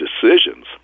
decisions